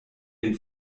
den